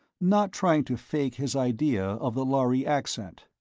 not trying to fake his idea of the lhari accent.